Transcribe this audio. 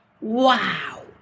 wow